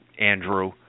Andrew